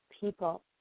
people